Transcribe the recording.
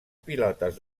pilotes